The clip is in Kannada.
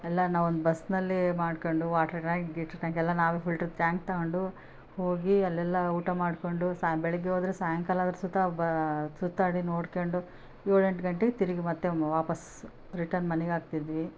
ಎಲ್ಲ ನಾವು ಒಂದು ಬಸ್ನಲ್ಲಿ ಮಾಡ್ಕೊಂಡು ವಾಟರ್ ಟ್ಯಾಂಕ್ ಗೀಟ್ರ್ ಟ್ಯಾಂಕೆಲ್ಲ ನಾವೇ ಫಿಲ್ಟರ್ ಟ್ಯಾಂಕ್ ತೊಗೊಂಡು ಹೋಗಿ ಅಲ್ಲೆಲ್ಲ ಊಟ ಮಾಡಿಕೊಂಡು ಸಾನ ಬೆಳಿಗ್ಗೆ ಹೋದರೆ ಸಾಯಂಕಾಲ ಆದ್ರೂ ಸಹಾ ಬ ಸುತ್ತಾಡಿ ನೋಡ್ಕೊಂಡು ಏಳು ಎಂಟು ಗಂಟೆಗೆ ತಿರುಗಿ ಮತ್ತೆ ಮ ವಾಪಸ್ ರಿಟರ್ನ್ ಮನೆಗೆ ಆಗ್ತಿದ್ವಿ